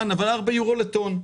אבל של 4 יורו לטון.